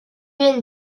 même